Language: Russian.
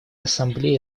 ассамблее